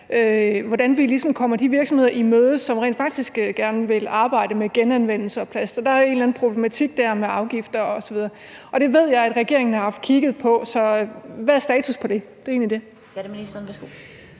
ligesom kommer de virksomheder i møde, som rent faktisk gerne vil arbejde med genanvendelse af plast, og der er jo en eller anden problematik dér med afgifter osv. Det ved jeg at regeringen har haft kigget på, så hvad er status på det?